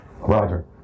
Roger